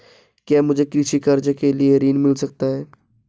क्या मुझे कृषि कार्य के लिए ऋण मिल सकता है?